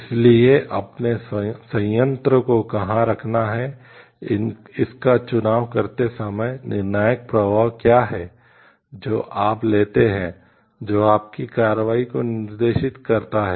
इसलिए अपने संयंत्र को कहां रखना है इसका चुनाव करते समय निर्णायक प्रवाह क्या हैं जो आप लेते हैं जो आपकी कार्रवाई को निर्देशित करता है